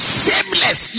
shameless